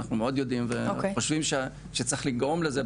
אנחנו מאוד יודעים וחושבים שצריך לגרום לזה,